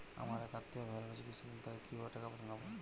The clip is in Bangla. আমার এক আত্মীয় ভেলোরে চিকিৎসাধীন তাকে কি ভাবে টাকা পাঠাবো?